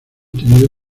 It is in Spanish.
tenido